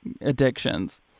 addictions